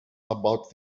about